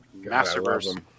Masterverse